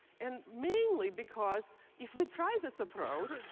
and mainly because if we try this approach,